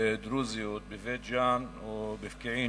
דרוזיות מבית-ג'ן ומפקיעין